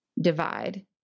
divide